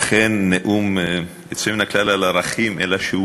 אכן נאום יוצא מן הכלל על ערכים, אלא שהוא